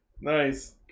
Nice